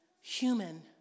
human